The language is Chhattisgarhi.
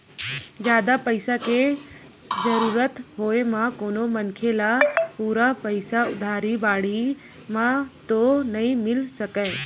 जादा पइसा के जरुरत होय म कोनो मनखे ल पूरा पइसा उधारी बाड़ही म तो नइ मिल सकय